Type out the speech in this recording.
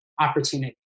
opportunity